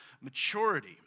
maturity